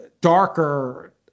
darker